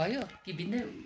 भयो कि भिन्नै हो